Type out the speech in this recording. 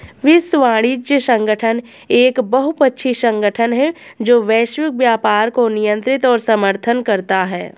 विश्व वाणिज्य संगठन एक बहुपक्षीय संगठन है जो वैश्विक व्यापार को नियंत्रित और समर्थन करता है